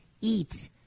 eat